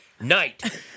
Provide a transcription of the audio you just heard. night